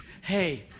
Hey